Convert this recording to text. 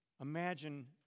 Imagine